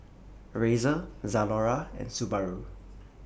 Razer Zalora and Subaru